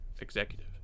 executive